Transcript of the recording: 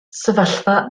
sefyllfa